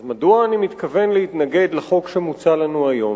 אז מדוע אני מתכוון להתנגד לחוק שמוצע לנו היום?